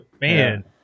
Man